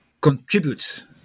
contributes